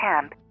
camp